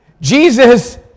Jesus